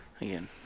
Again